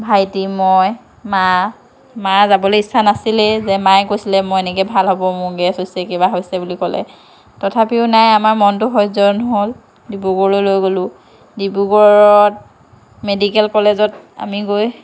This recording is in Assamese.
ভাইটি মই মা মাৰ যাবলৈ ইচ্ছা নাছিলেই যে মায়ে কৈছিলে মোৰ এনেকেই ভাল হ'ব মোৰ গেছ হৈছে কিবা হৈছে বুলি ক'লে তথাপিও নাই আমাৰ মনটো সহ্য নহ'ল ডিব্ৰুগড়লৈ লৈ গলোঁ ডিব্ৰুগড়ত মেডিকেল কলেজত আমি গৈ